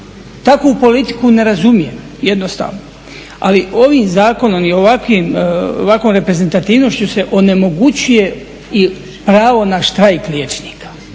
Takvu politiku ne razumije jednostavno. Ali ovim zakonom i ovakvom reprezentativnošću se onemogućuje i pravo na štrajk liječnika,